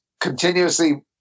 continuously